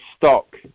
stock